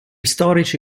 storici